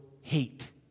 hate